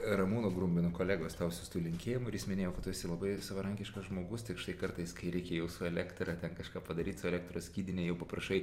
ramūno grumbino kolegos tau siųstų linkėjimų ir jis minėjo kad tu esi labai savarankiškas žmogus tik štai kartais kai reikia jau su elektra ten kažką padaryt su elektros skydine jau paprašai